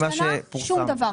לא השתנה שום דבר.